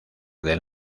del